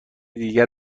دیگر